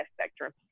spectrum